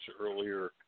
earlier